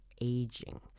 aging